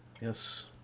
Yes